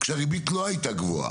כשהריבית לא הייתה גבוהה,